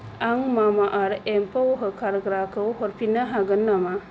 आं मामाआर्थ एम्फौ होखारग्राखौ हरफिन्नो हागोन नामा